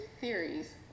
Theories